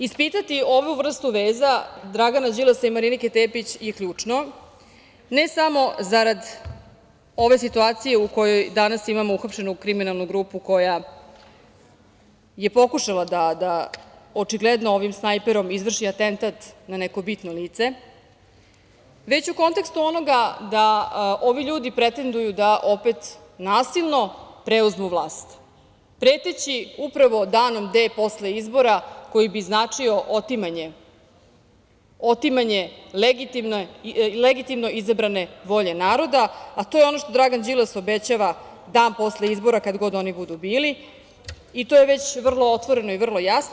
Ispitati ovu vrstu veza Dragana Đilasa i Marinike Tepić je ključno, ne samo zarad ove situacije u kojoj danas imamo uhapšenu kriminalnu grupu koja je pokušala da očigledno ovim snajperom izvrši atentat na neko bitno lice, već u kontekstu onoga da ovi ljudi pretenduju da opet nasilno preuzmu vlast, preteći upravo danom D posle izbora koji bi značio otimanje legitimno izabrane volje naroda, a to je ono što Dragan Đilas obećava dan posle izbora, kada god oni budu bili i to je već vrlo otvoreno i jasno.